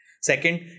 Second